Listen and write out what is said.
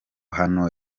hano